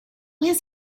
his